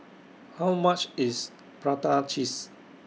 How much IS Prata Cheese